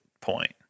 point